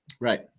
Right